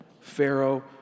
Pharaoh